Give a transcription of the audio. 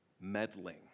meddling